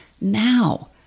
now